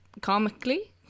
comically